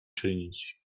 czynić